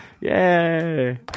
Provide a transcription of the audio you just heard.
Yay